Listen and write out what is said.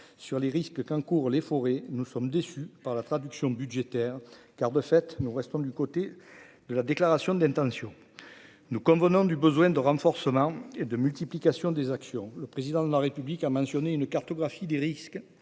sur les risques qu'encourent les forêts, nous sommes déçus par la traduction budgétaire car, de fait, nous restons du côté de la déclaration d'intention nous convenons du besoin de renforcement et de multiplication des actions, le président de la République. On une cartographie des risques